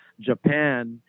Japan